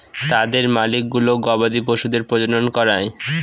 তাদের মালিকগুলো গবাদি পশুদের প্রজনন করায়